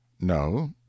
No